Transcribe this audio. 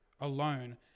alone